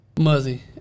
Muzzy